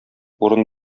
урын